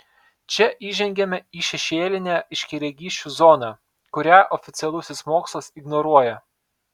čia įžengiame į šešėlinę aiškiaregysčių zoną kurią oficialusis mokslas ignoruoja